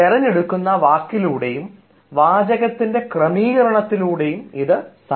നിങ്ങൾ തെരഞ്ഞെടുക്കുന്ന വാക്കുകളിലൂടെയും വാചകത്തിൻറെ ക്രമീകരണത്തിലൂടെയും ഇത് സാധ്യമാണ്